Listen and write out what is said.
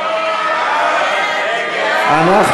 אנחנו